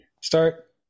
start